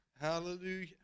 Hallelujah